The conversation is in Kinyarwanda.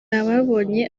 ababonye